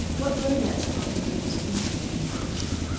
what romance-begotten dreams of intrigue and adventure!